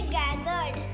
gathered